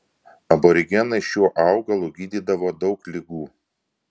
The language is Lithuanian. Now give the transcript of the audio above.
aborigenai šiuo augalu gydydavo daug ligų